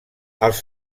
els